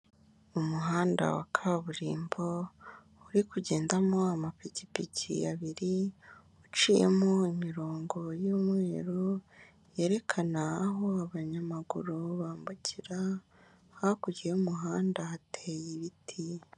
Umuhanda wa kaburimbo uri kugendamo amapikipiki abiri uciyemo imirongo y'umweruru yerekana aho abanyamaguru bambukira hakurya y'umuhanda hateye ibiti.